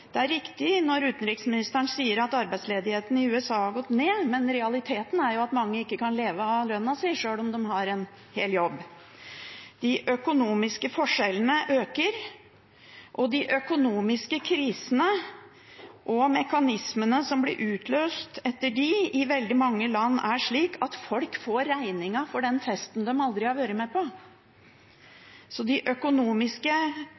Det er riktig når utenriksministeren sier at arbeidsledigheten i USA har gått ned, men realiteten er at mange ikke kan leve av lønna sjøl om de har full jobb. De økonomiske forskjellene øker, og de økonomiske krisene, og mekanismene som ble utløst etter disse i veldig mange land, er slik at folk får regningen for den festen de aldri har vært med